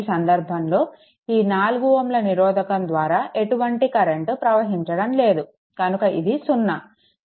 ఈ సంధర్భంలో ఈ 4 Ω నిరోధకం ద్వారా ఎటువంటి కరెంట్ ప్రవహించడం లేదు కనుక ఇది 0